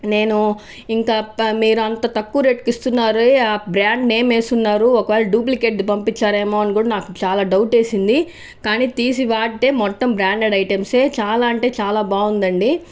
నేను ఇంకా మీరు అంత తక్కువ రేట్ కి ఇస్తున్నారే ఆ బ్రాండ్ నేమ్ వేసున్నారు ఒక వేళ డూప్లికేట్ ది పంపించారేమో అని కూడ నాకు చాలా డౌట్ వేసింది కానీ తీసి వాడేతే మొట్టం బ్రాండెడ్ ఐటెంస్ ఏ చాలా అంటే చాలా బాగుందండి